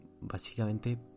básicamente